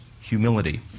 humility